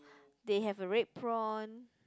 they have a red prawn